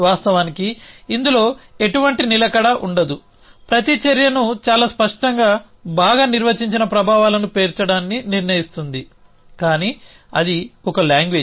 వాస్తవానికి ఇందులో ఎటువంటి నిలకడ ఉండదు ప్రతి చర్యను చాలా స్పష్టంగా బాగా నిర్వచించిన ప్రభావాలను పేర్చడాన్ని నిర్ణయిస్తుంది కానీ అది ఒక లాంగ్వేజ్